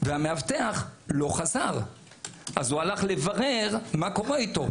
והמאבטח לא חזר אז הוא הלך לברר מה קורה איתו.